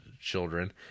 children